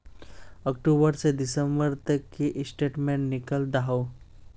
अक्टूबर से दिसंबर तक की स्टेटमेंट निकल दाहू?